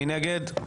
מי נגד?